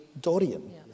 Dorian